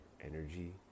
energy